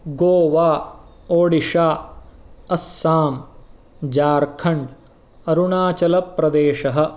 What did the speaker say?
Goa Odisha Assam Jharkhand अरुणाचलप्रदेशः